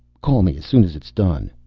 call me as soon as it's done.